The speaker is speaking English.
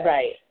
Right